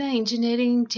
engineering